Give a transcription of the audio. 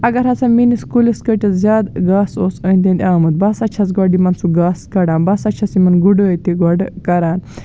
اگر ہسا میٛٲنِس کُلِس کٔٹِس زیادٕ گاسہٕ اوس أندۍ أندۍ ٲمُت بہٕ ہسا چھَس گۄڈٕ یِمَن سُہ گاسہٕ کڑان بہٕ ہسا چھَس یِمَن گُڑٲے تہِ گۄڈٕ کران